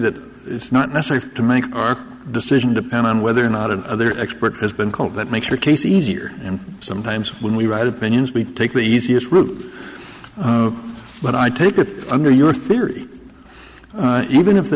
that it's not necessary to make our decision depend on whether or not another expert has been called that makes your case easier and sometimes when we write opinions we take the easiest route but i take it under your theory even if the